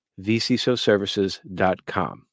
vcsoservices.com